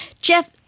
Jeff